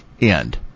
end